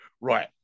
Right